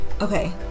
Okay